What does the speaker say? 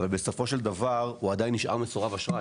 אבל בסופו של דבר הוא עדיין נשאר מסורב אשראי.